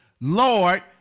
Lord